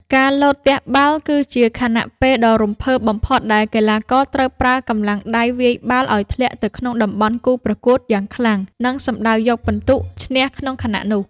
ការលោតទះបាល់ គឺជាខណៈពេលដ៏រំភើបបំផុតដែលកីឡាករត្រូវប្រើកម្លាំងដៃវាយបាល់ឱ្យធ្លាក់ទៅក្នុងតំបន់គូប្រកួតយ៉ាងខ្លាំង និង សំដៅយកពិន្ទុឈ្នះក្នុងខណៈនោះ។